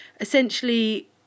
essentially